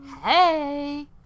hey